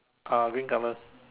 ah green colour